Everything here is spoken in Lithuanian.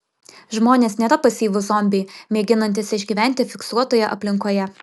žmonės nėra pasyvūs zombiai mėginantys išgyventi fiksuotoje aplinkoje